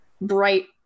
bright